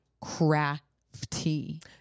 crafty